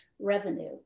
revenue